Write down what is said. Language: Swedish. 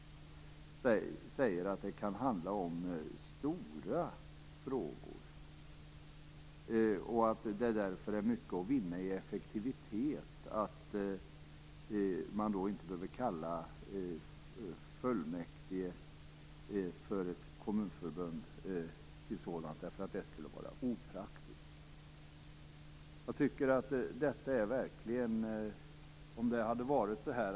Det framhålls att det kan handla om stora frågor och att det därför är mycket att vinna i effektivitet på att man inte behöver kalla fullmäktige för ett kommunförbund till möte, eftersom det skulle vara opraktiskt.